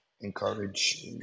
encourage